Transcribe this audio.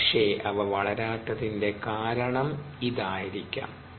ഒരുപക്ഷേ അവ വളരാത്തതിന്റെ കാരണം ഇതായിരിക്കാം